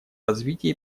развитие